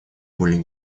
более